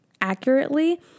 accurately